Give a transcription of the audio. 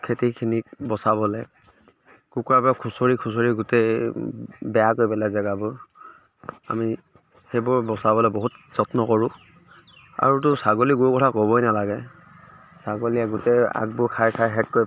খেতিখিনিক বচাবলৈ কুকুৰাবোৰ খুচৰি খুচৰি গোটেই বেয়া কৰি পেলাই জেগাবোৰ আমি সেইবোৰ বচাবলৈ বহুত যত্ন কৰোঁ আৰুতো ছাগলী গৰুৰ কথা ক'বই নালাগে ছাগলীয়ে গোটেই আগবোৰ খাই খাই শেষ কৰি পেলাই